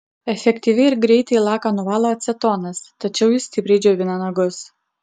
efektyviai ir greitai laką nuvalo acetonas tačiau jis stipriai džiovina nagus